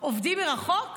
עובדים מרחוק?